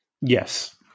Yes